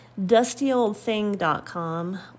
DustyOldThing.com